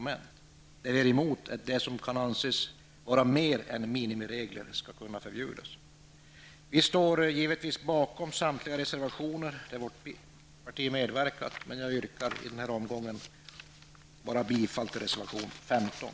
Men vad vi är emot är att det som kan anses vara mer än minimiregler skall kunna förbjudas. Vi står givetvis bakom samtliga reservationer som vårt parti har medverkat till. Men i den här omgången nöjer jag mig med att endast yrka bifall till reservation 15.